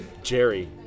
jerry